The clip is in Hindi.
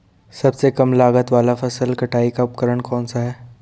सबसे कम लागत वाला फसल कटाई का उपकरण कौन सा है?